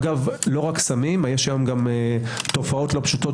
אגב לא רק סמים יש תופעות לא פשוטות